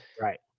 Right